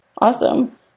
Awesome